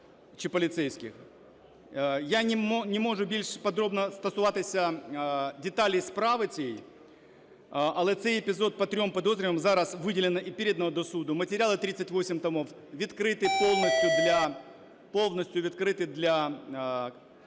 Я не можу більше подробно стосуватися деталей справи цієї, але цей епізод по трьом підозрюваним зараз виділено і передано до суду. Матеріали 38 томів відкриті повністю для...